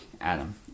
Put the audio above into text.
Adam